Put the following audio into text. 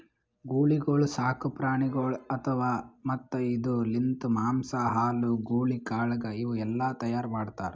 ಗೂಳಿಗೊಳ್ ಸಾಕು ಪ್ರಾಣಿಗೊಳ್ ಅವಾ ಮತ್ತ್ ಇದುರ್ ಲಿಂತ್ ಮಾಂಸ, ಹಾಲು, ಗೂಳಿ ಕಾಳಗ ಇವು ಎಲ್ಲಾ ತೈಯಾರ್ ಮಾಡ್ತಾರ್